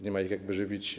Nie ma ich jak wyżywić.